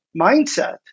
mindset